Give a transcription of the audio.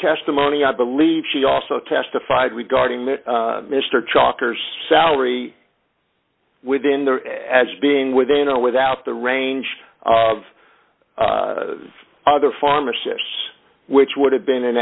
testimony i believe she also testified regarding that mr chalker salary within there as being within or without the range of other pharmacists which would have been an